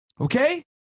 okay